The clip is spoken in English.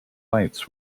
lights